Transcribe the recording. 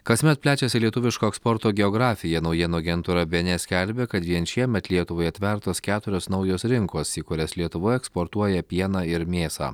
kasmet plečiasi lietuviško eksporto geografija naujienų agentūra bns skelbia kad vien šiemet lietuvai atvertos keturios naujos rinkos į kurias lietuvoj eksportuoja pieną ir mėsą